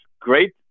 great